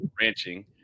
ranching